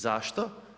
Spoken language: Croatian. Zašto?